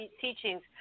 teachings